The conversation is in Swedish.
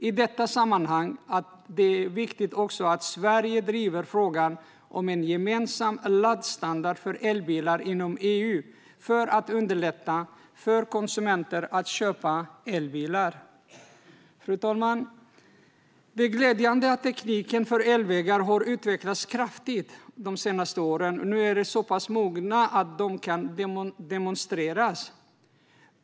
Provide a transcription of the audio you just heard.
I detta sammanhang anser vi också att det är viktigt att Sverige driver frågan om en gemensam laddstandard för elbilar inom EU, för att underlätta för konsumenter att köpa elbilar. Fru talman! Det är glädjande att tekniken för elvägar har utvecklats kraftigt de senaste åren och att den nu är så pass mogen att de kan demonstreras.